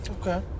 Okay